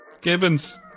Gibbons